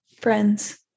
friends